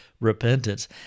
repentance